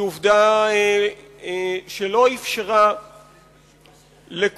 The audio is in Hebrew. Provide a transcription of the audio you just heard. היא עובדה שלא אפשרה לכולנו